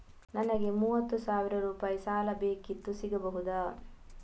ನನಗೆ ಮೂವತ್ತು ಸಾವಿರ ರೂಪಾಯಿ ಸಾಲ ಬೇಕಿತ್ತು ಸಿಗಬಹುದಾ?